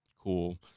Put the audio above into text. Cool